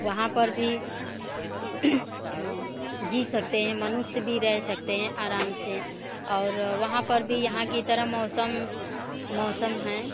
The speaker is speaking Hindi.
वहाँ पर भी जी सकते हैं मनुष्य भी रह सकते हैं आराम से और वहाँ पर भी यहाँ की तरह मौसम मौसम है